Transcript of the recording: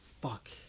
fuck